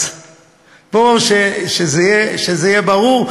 אז שזה יהיה ברור.